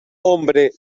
hombre